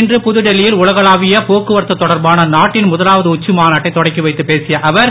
இன்று புதுடெல்லியில் உலகளாவிய போக்குவரத்து தொடர்பான நாட்டின் முதலாவது உச்சி மாநாட்டை தொடக்கி வைத்து பேசிய அவர்